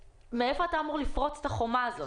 מאיפה אתה אמור לפרוץ את החומה הזאת.